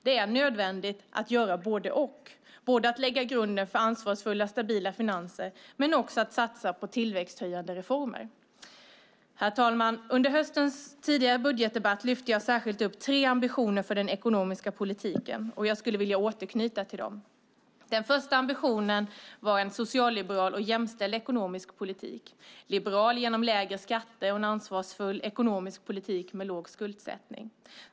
Det är nödvändigt att göra både och - både att lägga grunden för ansvarsfulla och stabila finanser och att satsa på tillväxthöjande reformer. Herr talman! Under höstens tidigare budgetdebatt lyfte jag särskilt fram tre ambitioner för den ekonomiska politiken, och jag skulle vilja återknyta till dem. Den första ambitionen var en socialliberal och jämställd ekonomisk politik. Den ska vara liberal genom lägre skatter och en ansvarsfull ekonomisk politik med låg skuldsättning.